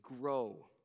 grow